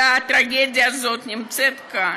והטרגדיה הזאת נמצאת כאן.